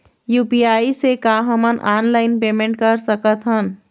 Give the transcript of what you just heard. UPI से का हमन ऑनलाइन पेमेंट कर सकत हन?